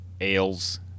ales